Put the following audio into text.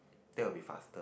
that will be faster